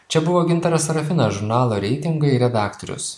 čia buvo gintaras sarafinas žurnalo reitingai redaktorius